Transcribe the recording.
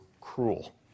cruel